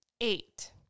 Eight